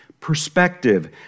perspective